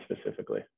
specifically